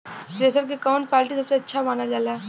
Thresher के कवन quality सबसे अच्छा मानल जाले?